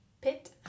pit